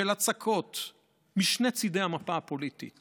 של הצקות, משני צידי המפה הפוליטית